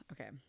Okay